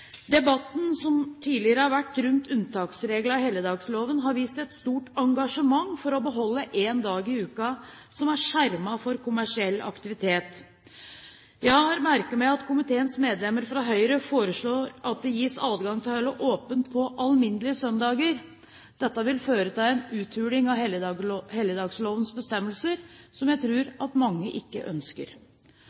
Debatten som tidligere har vært rundt unntaksreglene i helligdagsfredloven, har vist et stort engasjement for å beholde én dag i uken som er skjermet for kommersiell aktivitet. Jeg har merket meg at komiteens medlemmer fra Høyre foreslår at det gis adgang til å holde åpent på alminnelige søndager. Dette ville føre til en uthuling av helligdagsfredlovens bestemmelser som jeg tror mange ikke ønsker.